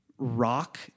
Rock